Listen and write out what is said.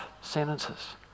sentences